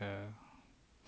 the